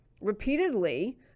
repeatedly